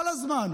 כל הזמן.